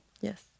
Yes